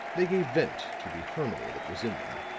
they gave vent to the harmony that was in them.